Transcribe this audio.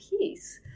peace